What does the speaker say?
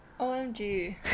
OMG